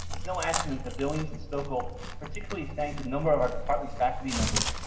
it's no accident that billings and stoeckle particularly thanked a number of our department's faculty members,